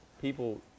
people